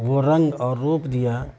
وہ رنگ اور روپ دیا